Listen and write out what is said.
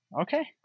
Okay